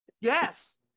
Yes